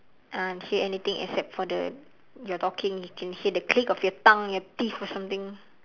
uh hear anything except for the your talking you can hear the click of your tongue your teeth or something